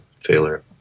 failure